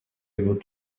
идут